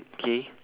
okay